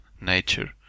nature